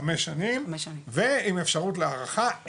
חמש שנים ועם אפשרות להארכה,